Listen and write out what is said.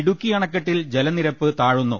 ഇടുക്കി അണക്കെട്ടിൽ ജലനിരപ്പ് താഴുന്നു